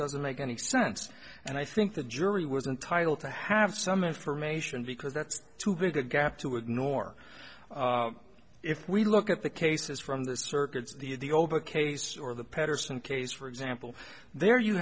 doesn't make any sense and i think the jury was entitled to have some information because that's too big a gap to ignore if we look at the cases from the circuits the oba case or the patterson case for example there you